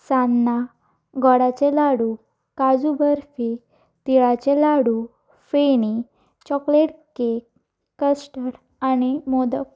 सान्नां गोडाचे लाडू काजू बर्फी तिळाचे laddu feni chocolate cake custard आनी मोदक